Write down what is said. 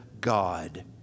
God